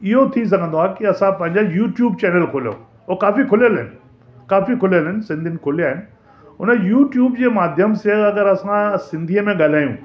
इहो थी सघंदो आहे की असां पंहिंजा यूट्यूब चैनल खोलूं उहो काफ़ी खुल्यल आहिनि काफ़ी खुल्यल आहिनि सिंधियुनि खोल्या आहिनि उन यूट्यूब जे माध्यम सां अगरि असां सिंधीअ में ॻाल्हायूं